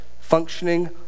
functioning